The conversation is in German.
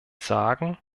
sagen